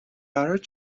قرارت